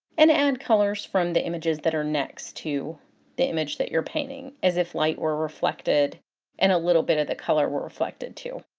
and add colors from the images that are next to the image that you're painting, as if light were reflected and a little bit of the color were reflected too.